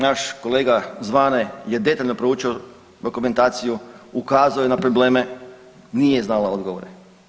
Naš kolega Zvane je detaljno proučio dokumentaciju, ukazao je na probleme, nije znala odgovor.